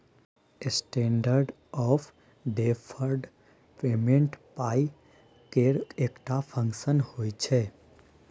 standard of deferred payment पाइ केर एकटा फंक्शन होइ छै